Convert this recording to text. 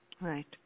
Right